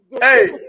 Hey